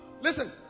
Listen